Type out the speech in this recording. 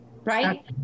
right